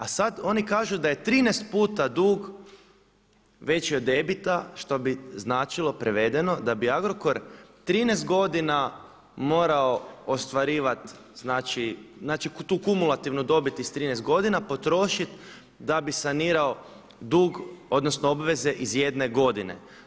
A sad oni kažu da je 13 puta dug veći od EBITDA što bi značilo prevedeno da bi Agrokor 13 godina morao ostvarivat znači tu kumulativnu dobit iz 13 godina potrošit da bi sanirao dug, odnosno dug iz jedne godine.